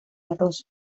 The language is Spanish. arroz